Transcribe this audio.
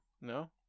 No